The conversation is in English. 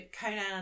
Conan